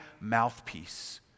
mouthpiece